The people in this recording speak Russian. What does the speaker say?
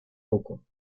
руку